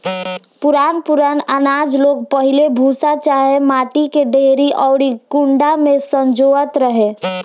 पुरान पुरान आनाज लोग पहिले भूसा चाहे माटी के डेहरी अउरी कुंडा में संजोवत रहे